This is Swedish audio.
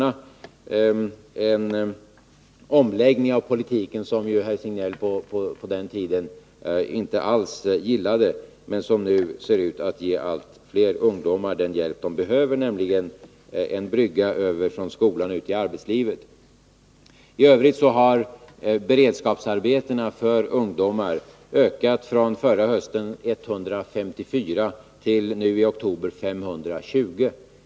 Det är en omläggning av politiken, som herr Signell tidigare inte alls gillade, som nu ser ut att ge allt fler ungdomar den hjälp de behöver, nämligen en brygga över från skolan till arbetslivet. Antalet beredskapsarbeten för ungdomar har ökat från 154 förra hösten till 520 nu i oktober.